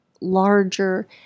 larger